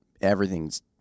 everything's